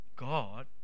God